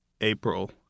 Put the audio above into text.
April